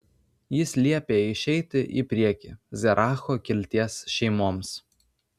jis liepė išeiti į priekį zeracho kilties šeimoms